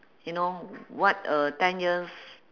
you know what uh ten years